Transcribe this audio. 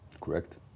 correct